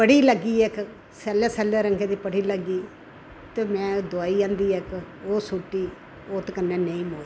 बड़ी लग्गी इक सैले सैले रंगे दी बड़ी लग्गी ते में दोआई आंदी इक ओह् सुट्टी ओत कन्नै नेईं मोई